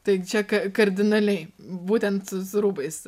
tai čia ka kardinaliai būtent su rūbais